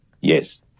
yes